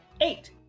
eight